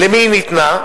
למי ניתנה,